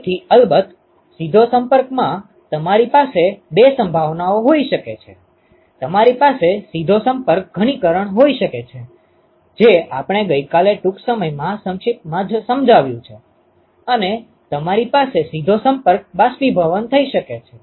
તેથી અલબત્ત સીધો સંપર્કમાં તમારી પાસે બે સંભાવનાઓ હોઈ શકે છે તમારી પાસે સીધો સંપર્ક ઘનીકરણ હોઈ શકે છે જે આપણે ગઈકાલે ટૂંક સમયમાં સંક્ષિપ્તમાં સમજાવ્યું છે અને તમારી પાસે સીધો સંપર્ક બાષ્પીભવન થઈ શકે છે